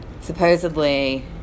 Supposedly